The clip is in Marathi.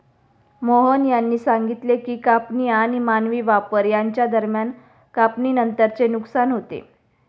मोहन यांनी सांगितले की कापणी आणि मानवी वापर यांच्या दरम्यान कापणीनंतरचे नुकसान होते